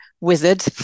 wizard